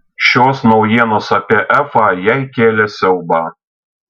šios naujienos apie efą jai kėlė siaubą